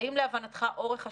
האם להבנתך אורך השירות,